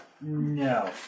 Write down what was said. No